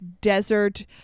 desert